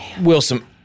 Wilson